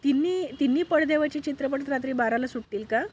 तिन्ही तिन्ही पडद्यावरचे चित्रपट रात्री बाराला सुटतील का